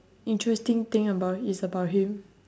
interesting thing about is about him